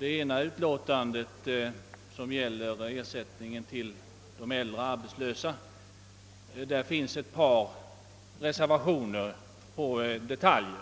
Ett av dem gäller ersättningen till de äldre arbetslösa. Vid det utlåtandet finns ett par reservationer beträffande detaljer.